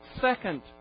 Second